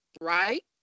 right